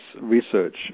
research